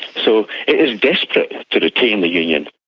so it is desperate to retain the union.